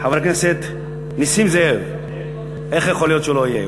חבר הכנסת נסים זאב, איך יכול להיות שהוא לא יהיה?